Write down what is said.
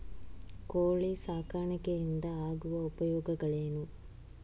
ಕೋಳಿ ಸಾಕಾಣಿಕೆಯಿಂದ ಆಗುವ ಉಪಯೋಗಗಳೇನು?